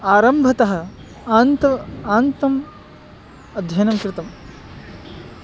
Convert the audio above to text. आरम्भतः आन्तम् आन्तम् अध्ययनं कृतम्